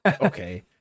okay